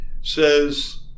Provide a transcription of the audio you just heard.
says